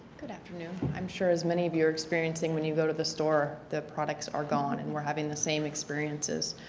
good afternoon. i am sure as many of you are experiencing we you go to the store the products are gone and we are having the same experiences.